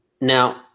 now